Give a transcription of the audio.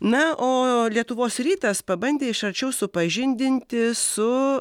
na o lietuvos rytas pabandė iš arčiau supažindinti su